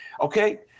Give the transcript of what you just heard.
Okay